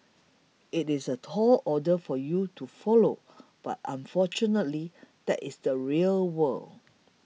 it's a tall order for you to follow but unfortunately that's the real world